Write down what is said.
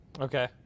Okay